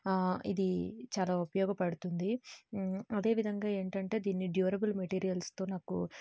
ఇది చాలా ఉపయోగపడుతుంది అదే విధంగా ఏంటంటే దీని డ్యూరబుల్ మెటీరియల్స్తో నాకు